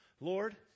Lord